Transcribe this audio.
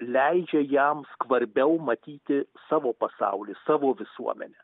leidžia jam skvarbiau matyti savo pasaulį savo visuomenę